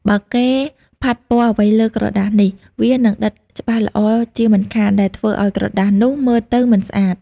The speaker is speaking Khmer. បើគេផាត់ពណ៌អ្វីលើក្រដាសសនេះ វានឹងដិតច្បាស់ល្អជាមិនខាន ដែលធ្វើឲ្យក្រដាសនោះមើលទៅមិនស្អាត។